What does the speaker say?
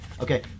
Okay